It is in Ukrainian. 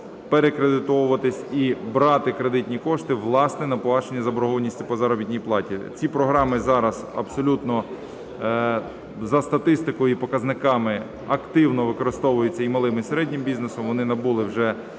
перекредитовуватися і брати кредитні кошти, власне, на погашення заборгованості по заробітній платі. Ці програми зараз абсолютно за статистикою і показниками активно використовуються і малим і середнім бізнесом. Вони набули вже